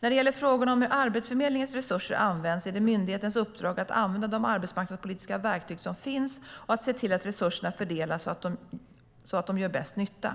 När det gäller frågan om hur Arbetsförmedlingens resurser används är det myndighetens uppdrag att använda de arbetsmarknadspolitiska verktyg som finns och att se till att resurserna fördelas så att de gör bäst nytta.